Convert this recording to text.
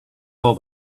all